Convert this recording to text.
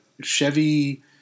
Chevy